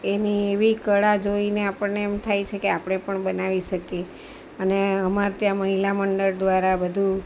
એની એવી કળા જોઈને આપણને એમ થાય છે કે આપણે પણ બનાવી શકીએ અને અમારે ત્યાં મહિલા મંડળ દ્વારા બધું